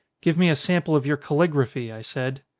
give me a sample of your calligraphy, i said.